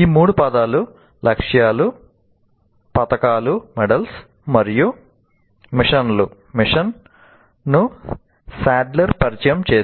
ఈ మూడు పదాలు లక్ష్యాలు పతకాలు మరియు మిషన్లను సాడ్లర్ మంచి